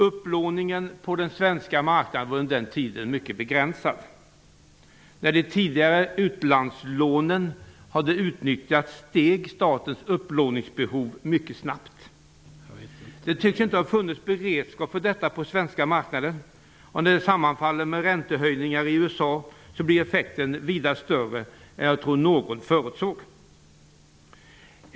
Upplåningen på den svenska marknaden var under den tiden mycket begränsad. När de tidigare utlandslånen utnyttjades, steg statens upplåningsbehov mycket snabbt. Det tycks inte funnits beredskap för detta på den svenska marknaden, och när detta sammanföll med räntehöjningar i USA, blev effekten vida större än vad någon hade förutsett.